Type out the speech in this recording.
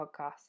podcast